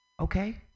Okay